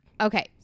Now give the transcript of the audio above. Okay